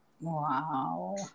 Wow